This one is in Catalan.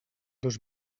dos